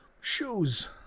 shoes